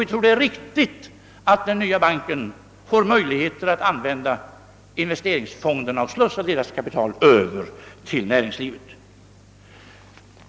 Vi tror att det är riktigt att den nya banken får möjligheter att använda investeringsfonderna och slussa över deras kapital till näringslivet. 4.